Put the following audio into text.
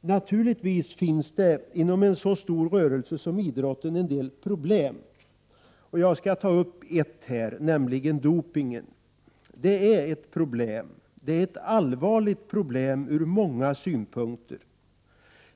Naturligtvis finns inom en så stor rörelse som idrotten en del problem. Jag skall ta upp ett, nämligen dopningen. Den är ett problem, ett allvarligt problem ur många synpunkter.